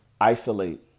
isolate